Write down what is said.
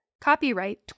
Copyright